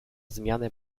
zmianę